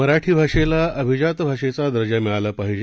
मराठी भाषेला अभिजात भाषेचा दर्जा मिळाला पाहिजे